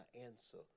answer